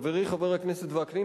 חברי חבר הכנסת וקנין,